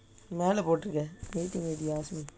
மேலே போட்டிரு:melae pottiru